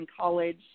college